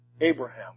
Abraham